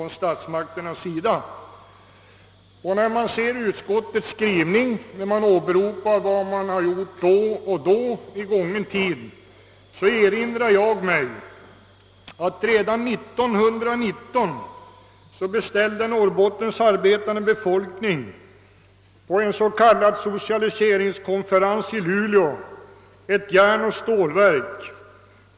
När jag ser utskottets skrivning, i vilken åberopas vad som gjorts under gången tid, erinrar jag mig att redan år 1919 beställde Norrbottens dåvarande befolkning på en socialiseringskonferens i Luleå ett järnoch stålverk.